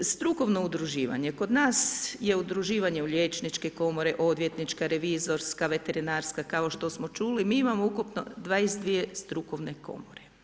Strukovno udruživanje, kod nas je udruživanje u liječničke komore, odvjetničke, revizorska, veterinarska, kao što smo čuli, mi imamo ukupno 22 strukovne komore.